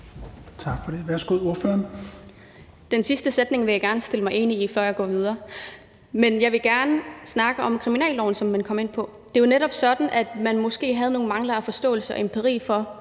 Aki-Matilda Høegh-Dam (SIU): Den sidste sætning vil jeg gerne erklære mig enig i, før jeg går videre. Men jeg vil gerne snakke om kriminalloven, som man kom ind på. Det er jo netop sådan, at man måske manglede noget forståelse af og noget empiri for,